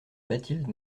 bathilde